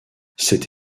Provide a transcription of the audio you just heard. cette